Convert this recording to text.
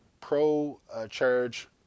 pro-charge